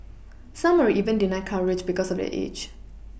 some were even denied coverage because of their age